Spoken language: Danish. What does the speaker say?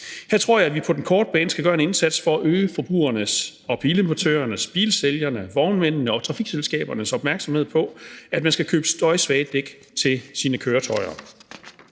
Her tror jeg, at vi på den korte bane skal gøre en indsats for at øge forbrugernes, bilimportørernes, bilsælgernes, vognmændenes og trafikselskabernes opmærksomhed på, at man skal købe støjsvage dæk til sine køretøjer.